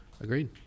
Agreed